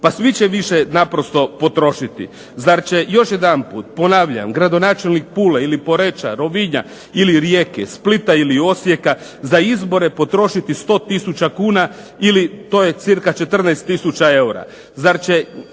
pa svi će više naprosto potrošiti. Zar će, još jedanput ponavljam, gradonačelnik Pule ili Poreča, Rovinja ili Rijeke, Splita ili Osijeka, za izbore potrošiti 100 tisuća kuna ili to je cca 14 tisuća eura.